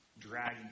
dragging